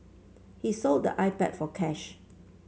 he sold the iPad for cash